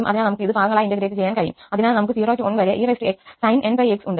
അതിനാൽ നമുക്ക് ഇത് ഭാഗങ്ങളായി ഇന്റഗ്രേറ്റ് കഴിയും അതിനാൽ നമുക്ക് 0 to 1 വരെ exsinnπx ഉണ്ട്